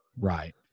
Right